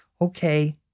Okay